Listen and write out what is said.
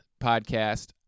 podcast